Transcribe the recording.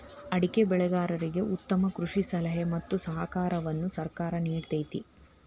ಅಡಿಕೆ ಬೆಳೆಗಾರರಿಗೆ ಉತ್ತಮ ಕೃಷಿ ಸಲಹೆ ಮತ್ತ ಸಹಕಾರವನ್ನು ಸರ್ಕಾರ ನಿಡತೈತಿ